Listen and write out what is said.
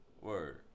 Word